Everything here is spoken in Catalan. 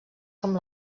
com